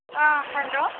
hello